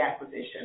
acquisition